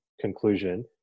conclusion